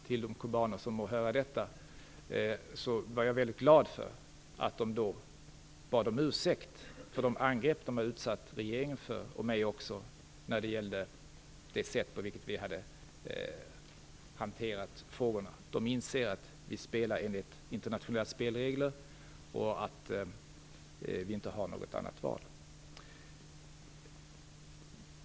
Till de kubaner som hör detta vill jag gärna säga att jag är glad över att de på detta möte bad om ursäkt för de angrepp de utsatt regeringen och mig för när det gällde vårt sätt att hantera de här frågorna. De inser att vi spelar efter internationella spelregler och att vi inte har något annat val.